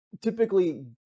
typically